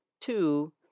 Two